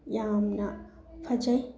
ꯌꯥꯝꯅ ꯐꯖꯩ